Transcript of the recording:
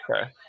Okay